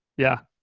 yeah,